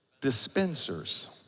Dispensers